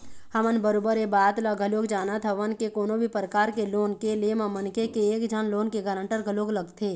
हमन बरोबर ऐ बात ल घलोक जानत हवन के कोनो भी परकार के लोन के ले म मनखे के एक झन लोन के गारंटर घलोक लगथे